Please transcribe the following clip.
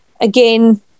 again